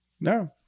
No